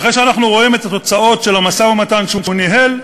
אחרי שאנחנו רואים את התוצאות של המשא-ומתן שהוא ניהל,